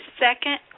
second